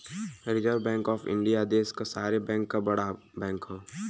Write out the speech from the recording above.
reserve bank of India देश क सारे बैंक क बड़ा बैंक हौ